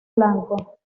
blanco